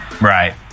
Right